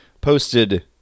posted